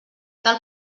tal